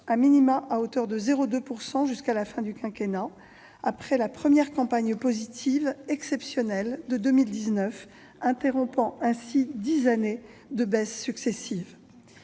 seront en hausse- -de 0,2 % jusqu'à la fin du quinquennat après la première campagne positive exceptionnelle de 2019, interrompant ainsi dix années de baisses successives.